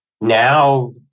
Now